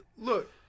Look